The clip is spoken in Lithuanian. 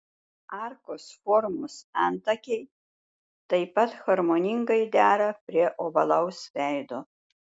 arkos formos antakiai taip pat harmoningai dera prie ovalaus veido